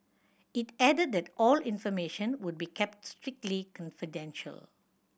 it added that all information would be kept strictly confidential